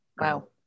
Wow